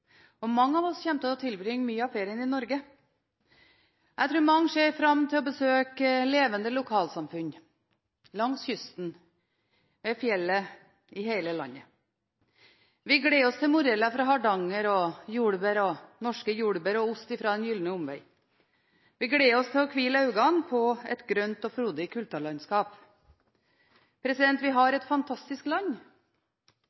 og mange av oss kommer til å tilbringe mye av ferien i Norge. Jeg tror mange ser fram til å besøke levende lokalsamfunn langs kysten og i fjellet over hele landet. Vi gleder oss til moreller fra Hardanger, norske jordbær og en ost fra Den Gyldne Omvei. Vi gleder oss til å hvile øynene på et grønt og frodig kulturlandskap. Vi har